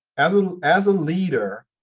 as ah as a leader,